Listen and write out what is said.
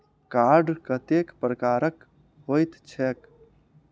Card कतेक प्रकारक होइत छैक?